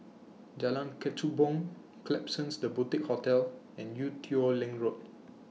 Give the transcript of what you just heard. Jalan Kechubong Klapsons The Boutique Hotel and Ee Teow Leng Road